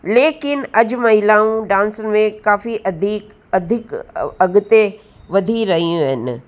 लेकिन अॼु महिलाऊं डांस में काफ़ी अधी अधिक अॻिते वधी रहियूं आहिनि